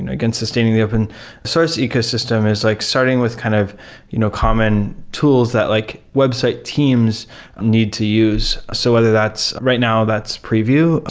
and again, sustaining the open source ecosystem is like starting with kind of you know common tools that like website teams need to use. so whether that's right now, that's preview. ah